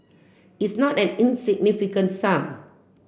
it's not an insignificant sum